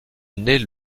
nait